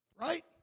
Right